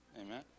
Amen